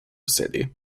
city